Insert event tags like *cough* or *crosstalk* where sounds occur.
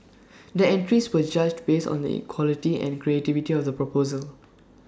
*noise* the entries were judged based on the quality and creativity of the proposal *noise*